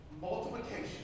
Multiplication